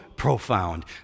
Profound